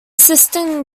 system